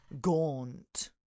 Gaunt